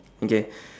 okay